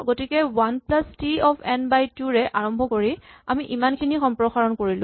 গতিকে one plus t of n by two ৰে আৰম্ভ কৰি আমি ইমানখিনি সম্প্ৰসাৰণ কৰিলো